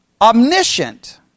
omniscient